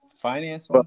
finance